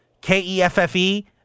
K-E-F-F-E